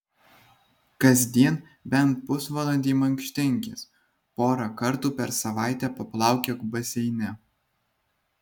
kasdien bent pusvalandį mankštinkis porą kartų per savaitę paplaukiok baseine